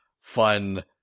fun